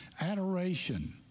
adoration